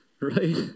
right